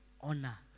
Honor